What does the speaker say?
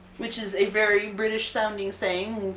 which is a very british sounding saying,